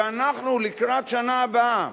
שאנחנו, לקראת השנה הבאה,